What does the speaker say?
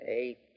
eight